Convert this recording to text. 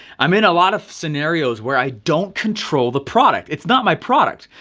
i'm in a lot of scenarios where i don't control the product. it's not my product.